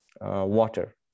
water